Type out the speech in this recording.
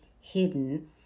hidden